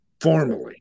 formally